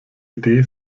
idee